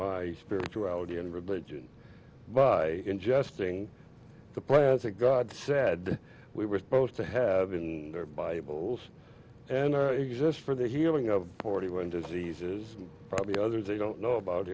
my spirituality and religion by ingesting the plaza god said we were supposed to have in their bibles and exist for the healing of forty one diseases and probably others they don't know about